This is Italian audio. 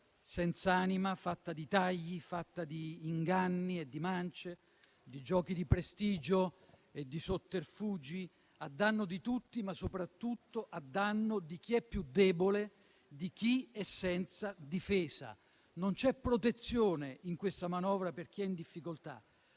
senz'anima, fatta di tagli, di inganni e di mance, di giochi di prestigio e di sotterfugi a danno di tutti, ma soprattutto di chi è più debole, di chi è senza difesa. Non c'è protezione in questa manovra per chi è in difficoltà.